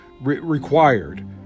required